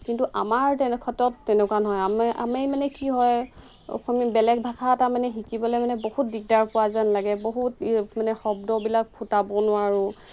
কিন্তু আমাৰ তেনেক্ষেত্ৰত তেনেকুৱা নহয় আমি আমি মানে কি হয় অসমীয়া বেলেগ ভাষা এটা মানে শিকিবলৈ মানে বহুত দিগদাৰ পোৱা যেন লাগে বহুত এই মানে শব্দবিলাক ফুটাব নোৱাৰোঁ